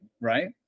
right